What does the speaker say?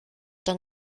dann